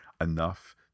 enough